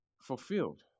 fulfilled